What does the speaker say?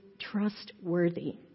trustworthy